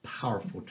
Powerful